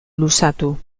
luzatu